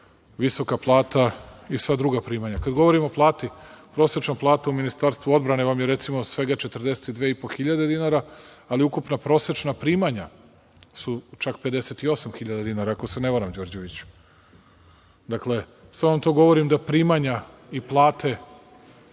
visoka plata i sva druga primanja. Kada govorim o plati, prosečna plata u Ministarstvu odbrane vam je, recimo, svega 42.500,00 dinara, ali ukupna prosečna primanja su čak 58.000,00 dinara, ako se ne varam Đorđeviću. Dakle, samo vam to govorim da primanja i plate